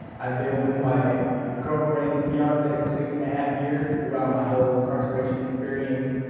i've been with my girlfriend, fiancee for six and a half years, throughout my whole incarceration experience.